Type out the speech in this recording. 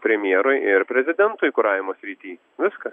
premjerui ir prezidentui kuravimo srity viskas